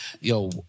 yo